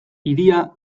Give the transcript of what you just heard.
hiria